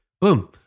Boom